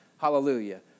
Hallelujah